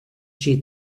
she